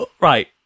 Right